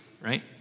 right